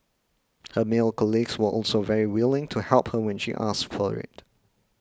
her male colleagues were also very willing to help her when she asks for it